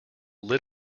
lit